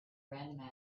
random